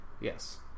Yes